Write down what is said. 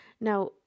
Now